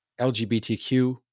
LGBTQ